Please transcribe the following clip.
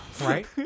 right